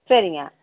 சரிங்க